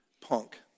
punk